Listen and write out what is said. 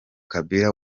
kabila